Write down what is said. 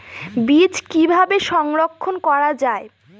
বীজ কিভাবে সংরক্ষণ করা যায়?